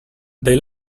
they